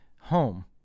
home